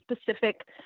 specific